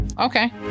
okay